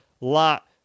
lot